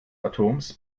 atoms